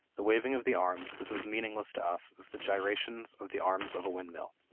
the waving of the arms is as meaningless to us as the gyrations of the arms of a windmill.